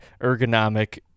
ergonomic